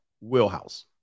wheelhouse